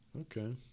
Okay